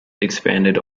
expanded